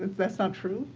that's not true?